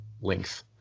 length